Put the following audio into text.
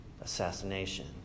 assassination